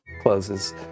closes